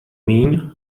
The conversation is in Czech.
míň